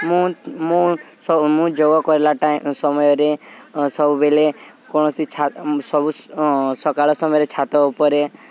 ମୁଁ ମୁଁ ସ ମୁଁ ଯୋଗ କଲା ଟା ସମୟରେ ସବୁବେଳେ କୌଣସି ଛା ସବୁ ସ ସକାଳ ସମୟରେ ଛାତ ଉପରେ